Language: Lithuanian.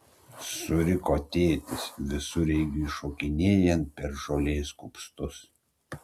suriko tėtis visureigiui šokinėjant per žolės kupstus